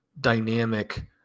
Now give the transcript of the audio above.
Dynamic